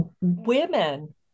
women